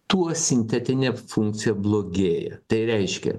tuo sintetinė funkcija blogėja tai reiškia